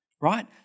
Right